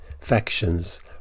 factions